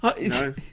No